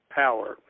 power